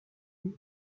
vue